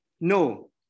no